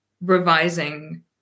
revising